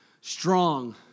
strong